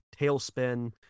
Tailspin